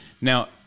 Now